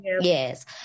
yes